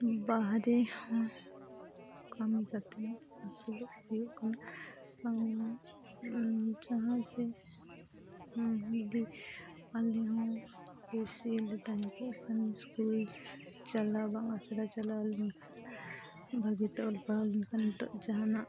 ᱵᱟᱦᱨᱮ ᱠᱟᱹᱢᱤ ᱠᱟᱛᱮᱫ ᱟᱹᱥᱩᱞᱚᱜ ᱦᱩᱭᱩᱜ ᱠᱟᱱᱟ ᱟᱨ ᱡᱟᱦᱟᱸ ᱥᱮᱫ ᱡᱩᱫᱤ ᱟᱞᱮ ᱦᱚᱸ ᱠᱤᱥᱟᱹᱬᱞᱮ ᱛᱟᱦᱮᱸᱠᱚᱜ ᱠᱷᱟᱱ ᱪᱟᱞᱟᱣ ᱵᱟᱝ ᱟᱥᱲᱟ ᱪᱟᱞᱟᱣ ᱵᱷᱟᱜᱮᱛᱮ ᱚᱞᱼᱯᱟᱲᱦᱟᱣ ᱞᱮᱱᱠᱷᱟᱱ ᱱᱤᱛᱚᱜ ᱡᱟᱦᱟᱱᱟᱜ